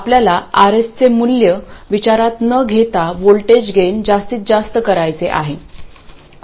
आपल्याला RSचे मूल्य विचारात न घेता व्होल्टेज गेन जास्तीत जास्त करायचे आहे